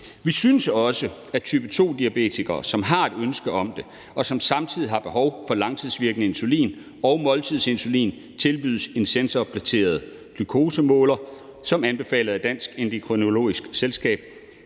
Vi synes også, at type 2-diabetikere, som har et ønske om det, og som samtidig har behov for langtidsvirkende insulin og måltidsinsulin, tilbydes en sensorbaseret glukosemåler som anbefalet af Dansk Endokrinologisk Selskab.